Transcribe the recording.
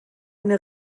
eine